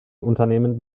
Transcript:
unternehmen